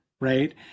Right